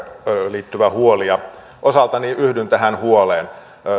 liittyvä huoli ja osaltani yhdyn tähän huoleen